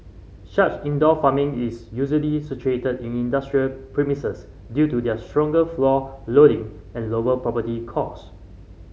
such indoor farming is usually situated in industrial premises due to their stronger floor loading and lower property costs